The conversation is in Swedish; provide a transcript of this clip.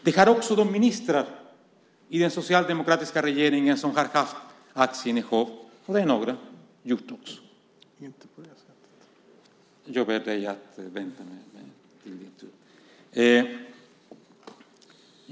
Det har också ministrar i den socialdemokratiska regeringen som har haft aktieinnehav gjort.